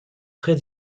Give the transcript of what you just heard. très